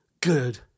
good